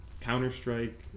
Counter-Strike